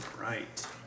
right